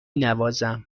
نوازم